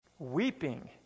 weeping